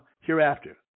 hereafter